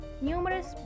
Numerous